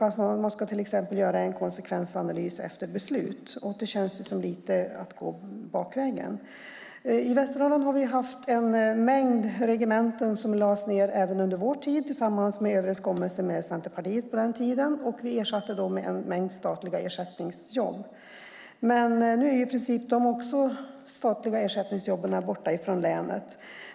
Att till exempel göra en konsekvensanalys efter beslut känns lite som att gå bakvägen. I Västernorrland har en mängd regementen lagts ned även under vår tid, på den tiden i överenskommelse med Centerpartiet. Vi ersatte dem med en mängd statliga ersättningsjobb. Men nu är dessa statliga ersättningsjobb i princip borta från länet.